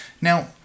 Now